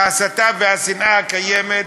מההסתה והשנאה הקיימות,